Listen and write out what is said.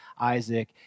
Isaac